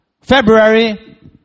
February